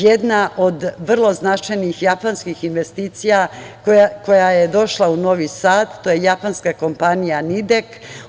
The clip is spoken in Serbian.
Jedna od vrlo značajnih japanskih investicija koja je došla u Novi Sad je japanska kompanija „Nidek“